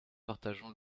partageons